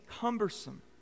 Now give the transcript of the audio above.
cumbersome